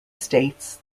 states